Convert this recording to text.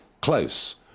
close